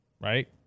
right